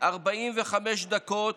45 דקות